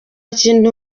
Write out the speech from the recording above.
kintu